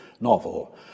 novel